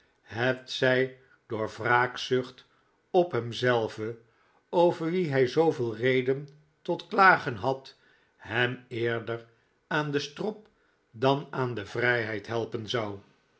hetzij door wraakzucht op hem zelven over wien hij zooveel reden tot klagen had hem eerder aan den strop dan aan de vrijheid helpen zou